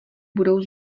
budou